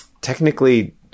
technically